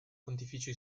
pontificio